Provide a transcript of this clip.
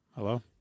Hello